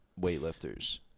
weightlifters